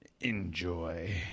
Enjoy